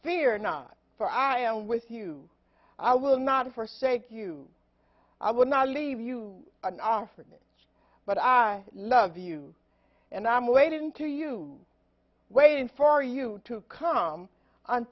fear not for i am with you i will not forsake you i would not leave you an offering it but i love you and i'm waiting to you waiting for you to come on